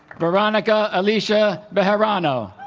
veronica alicia bejarano